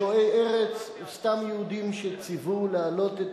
שועי ארץ וסתם יהודים שציוו להעלות את